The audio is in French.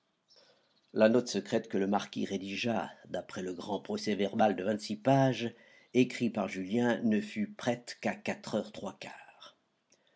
la note secrète que le marquis rédigea d'après le grand procès-verbal de vingt-six pages écrit par julien ne fut prête qu'à quatre heures